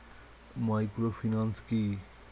Microfinance কি?